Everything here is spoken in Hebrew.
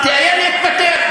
תאיים להתפטר.